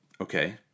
okay